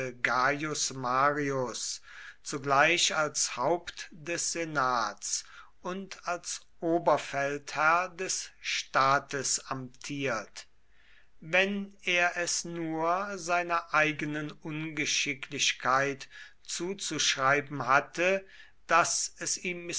marius zugleich als haupt des senats und als oberfeldherr des staates amtiert wenn er es nur seiner eigenen ungeschicklichkeit zuzuschreiben hatte daß es ihm